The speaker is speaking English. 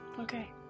Okay